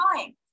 time